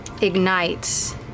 ignites